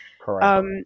Correct